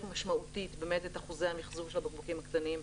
משמעותית באמת את אחוזי המיחזור של הבקבוקים הקטנים.